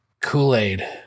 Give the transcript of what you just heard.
Kool-Aid